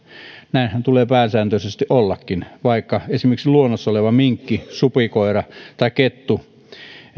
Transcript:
näinhän tulee pääsääntöisesti ollakin vaikka esimerkiksi luonnossa oleva minkki supikoira tai kettu